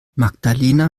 magdalena